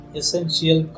essential